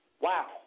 wow